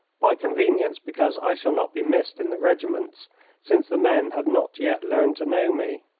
by convenience because i shall not be missed in the regiments since the men have not yet learned to know me.